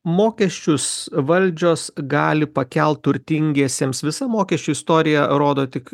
mokesčius valdžios gali pakelt turtingiesiems visa mokesčių istorija rodo tik